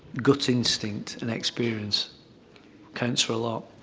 gut instinct and experience counts for.